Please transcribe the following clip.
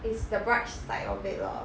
it's the bright side of it lor